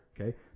okay